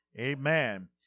Amen